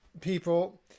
people